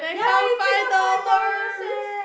come five dollars